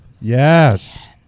Yes